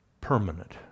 permanent